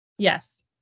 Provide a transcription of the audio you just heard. Yes